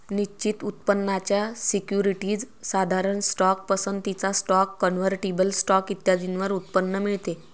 निश्चित उत्पन्नाच्या सिक्युरिटीज, साधारण स्टॉक, पसंतीचा स्टॉक, कन्व्हर्टिबल स्टॉक इत्यादींवर उत्पन्न मिळते